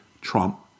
Trump